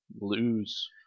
lose